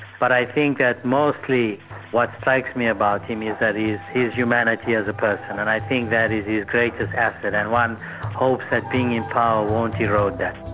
but i think that mostly what strikes me about him yeah is his humanity as a person, and i think that is his greatest asset and one hopes that being in power won't erode that.